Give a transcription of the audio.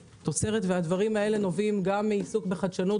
הדברים הללו נובעים גם מחדשנות,